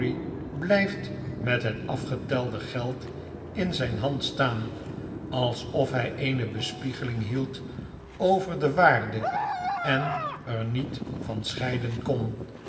blijft met het afgetelde geld in zyn hand staan alsofhy eene bespiegeling hield over de waarde en er niet van scheiden kon